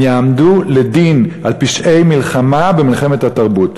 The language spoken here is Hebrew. הם יעמדו לדין על פשעי מלחמה במלחמת התרבות.